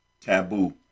taboo